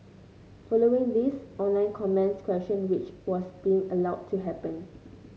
following this online comments questioned which was being allowed to happen